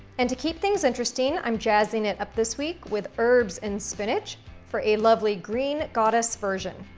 and to keep things interesting, i'm jazzing it up this week with herbs and spinach for a lovely green goddess version.